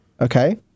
okay